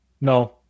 No